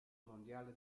mondiale